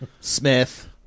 Smith